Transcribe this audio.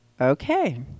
okay